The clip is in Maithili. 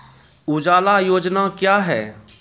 उजाला योजना क्या हैं?